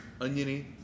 Oniony